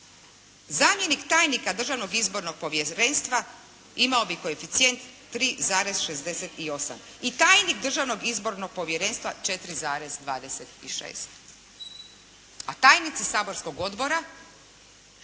Zamjenik tajnika Državnog izbornog povjerenstva imao bi koeficijent 3,68. I tajnik Državnog izbornog povjerenstva 4,26. A tajnici saborskog odbora